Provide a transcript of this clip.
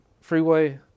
Freeway